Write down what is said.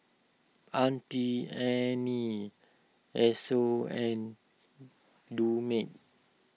Auntie Anne's Esso and Dumex